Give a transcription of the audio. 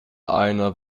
einer